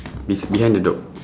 bes~ behind the dog